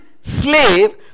slave